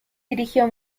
dirigió